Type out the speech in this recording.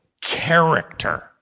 character